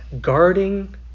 guarding